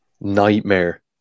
nightmare